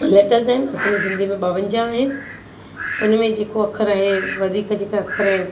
letters आहिनि असांजे सिंधी में ॿावंजाह आहिनि उन में जेको अखरु आहे वधीक जेका अखर आहिनि